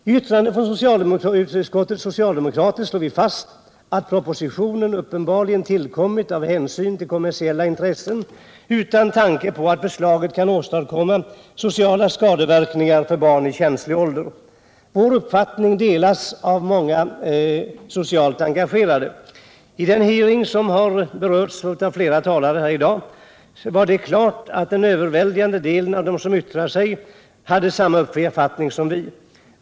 I yttrandet från socialutskottets socialdemokrater slås fast att propositionen uppenbarligen tillkommit av hänsyn till kommersiella intressen utan tanke på att förslaget kan vålla sociala skadeverkningar för barn i känslig ålder. Vår uppfattning delas av många socialt engagerade. I den hearing som har berörts av flera talare i dag hade de flesta samma uppfattning som vi.